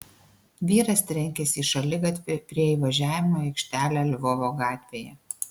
vyras trenkėsi į šaligatvį prie įvažiavimo į aikštelę lvovo gatvėje